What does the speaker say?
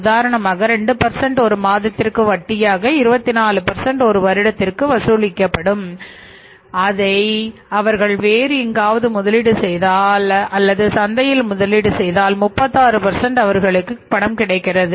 உதாரணமாக 2 ஒரு மாதத்திற்கு வட்டியாக 24 ஒரு வருடத்திற்கு வசூலிக்கப்படும் போது அதை அவர்கள் வேறு எங்காவது முதலீடு செய்தால் அல்லது சந்தையில் முதலீடு செய்தால் 36 அவர்களுக்கு பணம் கிடைக்கிறது